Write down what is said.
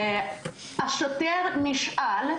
השוטר נשאל,